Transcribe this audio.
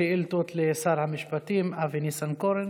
שאילתות לשר המשפטים אבי ניסנקורן.